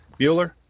Bueller